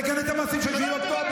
תגנה את המעשים של 7 באוקטובר.